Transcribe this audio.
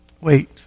Wait